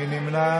מי נמנע?